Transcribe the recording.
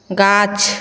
गाछ